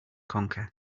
conquer